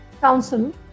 Council